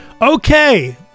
okay